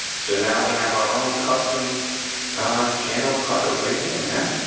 so now we have our own custom channel cutter right here man.